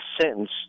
sentence